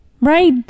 Right